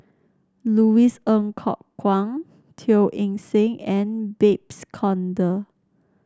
Louis Ng Kok Kwang Teo Eng Seng and Babes Conde